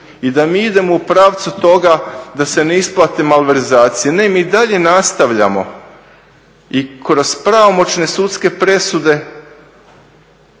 i da mi idemo u pravcu toga da se ne isplate malverzacije. Ne, mi i dalje nastavljamo i kroz pravomoćne sudske presude